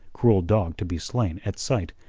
cruel dog to be slain at sight,